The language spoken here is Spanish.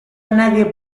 nadie